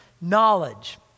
knowledge